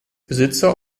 besitzer